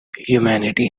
humanity